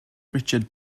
richard